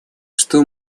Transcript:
что